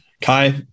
Kai